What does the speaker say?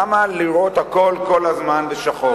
למה לראות הכול כל הזמן בשחור?